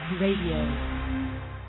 Radio